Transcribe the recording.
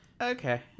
Okay